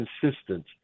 consistent